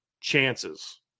chances